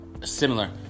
Similar